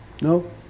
No